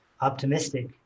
optimistic